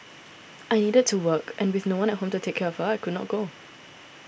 I needed to work and with no one at home to take care of her I could not go